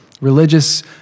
religious